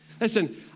Listen